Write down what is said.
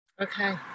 Okay